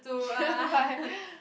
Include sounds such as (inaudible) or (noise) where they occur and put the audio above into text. (laughs) you buy